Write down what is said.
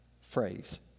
phrase